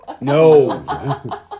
No